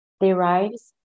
derives